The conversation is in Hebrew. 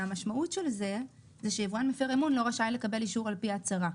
והמשמעות של זה היא שיבואן מפר אמון לא רשאי לקבל אישור על-פי ההצהרה.